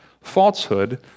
falsehood